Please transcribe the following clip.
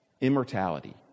immortality